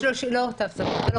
יש --- אמרת תו סגול וזה.